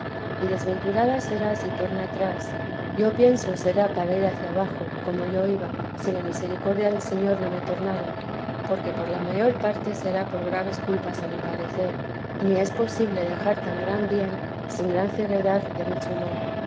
y desventurada será si torna atrás yo pienso será para ir hacia abajo como yo iba si la misericordia del señor no me tornara porque por la mayor parte será por graves culpas a mi parecer ni es posible dejar tan gran bien sin gran ceguedad de mucho mal